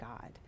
God